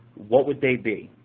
what would they be?